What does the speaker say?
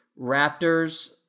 Raptors